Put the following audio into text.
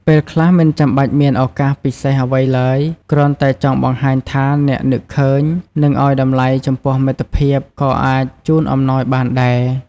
ពេលខ្លះ មិនចាំបាច់មានឱកាសពិសេសអ្វីឡើយ គ្រាន់តែចង់បង្ហាញថាអ្នកនឹកឃើញ និងឲ្យតម្លៃចំពោះមិត្តភាព ក៏អាចជូនអំណោយបានដែរ។